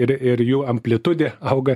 ir ir jų amplitudė auga